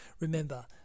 Remember